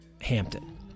Hampton